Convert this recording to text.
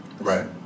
Right